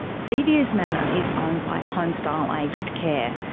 sea views manor is owned by homestyle aged care.